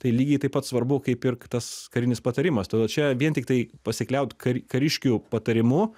tai lygiai taip pat svarbu kaip ir tas karinis patarimas todėl čia vien tiktai pasikliaut kar kariškių patarimu